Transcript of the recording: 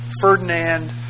Ferdinand